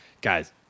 guys